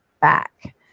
back